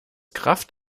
kraft